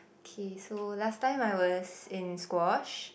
okay so last time I was in squash